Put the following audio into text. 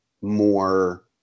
more